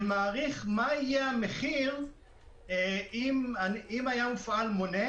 שמעריך מה יהיה המחיר אם היה מופעל מונה,